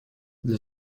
для